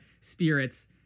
spirits